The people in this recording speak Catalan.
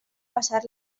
passar